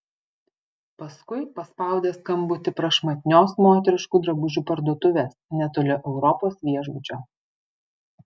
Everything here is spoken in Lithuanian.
paskui paspaudė skambutį prašmatnios moteriškų drabužių parduotuvės netoli europos viešbučio